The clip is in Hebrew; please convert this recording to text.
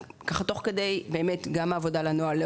תוך כדי העבודה על הנוהל,